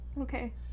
Okay